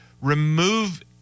remove